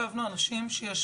לא שלי.